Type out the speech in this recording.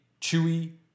chewy